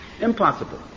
Impossible